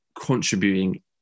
contributing